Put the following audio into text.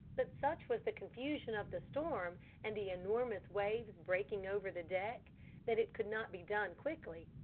but such was the confusion of the storm and the enormous waves breaking over the deck that it could not be done quickly.